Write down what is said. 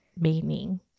meaning